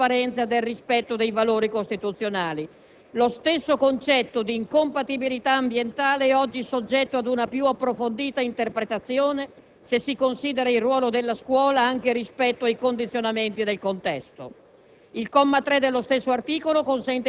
nel segno del rigore morale, della trasparenza, del rispetto dei valori costituzionali. Lo stesso concetto di incompatibilità ambientale è oggi soggetto ad una più approfondita interpretazione se si considera il ruolo della scuola anche rispetto ai condizionamenti del contesto.